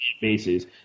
bases